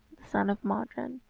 the son of modron.